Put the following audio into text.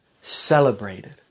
celebrated